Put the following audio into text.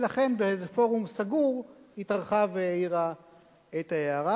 ולכן באיזה פורום סגור היא טרחה והעירה את ההערה,